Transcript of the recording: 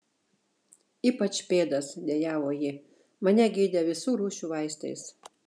ypač pėdas dejavo ji mane gydė visų rūšių vaistais